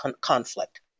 conflict